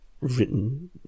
written